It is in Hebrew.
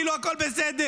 כאילו הכול בסדר.